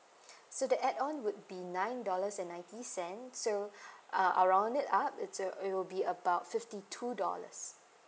so that add on would be nine dollars and ninety cent so uh I'll round it up it's uh it will be about fifty two dollars